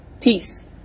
peace